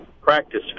practice